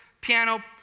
piano